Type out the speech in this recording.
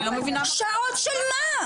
אני לא מבינה מה --- שעות של מה?